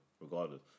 regardless